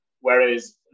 whereas